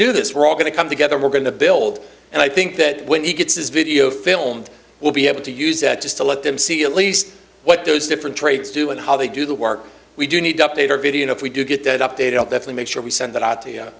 do this we're all going to come together we're going to build and i think that when he gets his video filmed we'll be able to use that just to let them see at least what those different traits do and how they do the work we do need to update our video and if we do get that update out that we make sure we send that out to